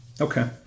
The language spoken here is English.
Okay